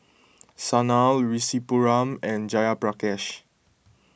Sanal Rasipuram and Jayaprakash